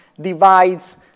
divides